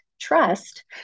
trust